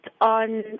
on